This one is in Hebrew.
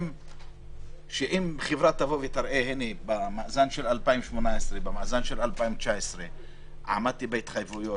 שאם חברה תראה שבמאזן של 2018 ובמאזן של 2019 היא עמדה בהתחייבויות,